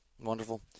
Wonderful